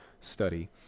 study